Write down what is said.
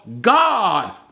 God